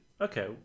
okay